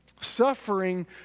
suffering